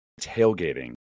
Tailgating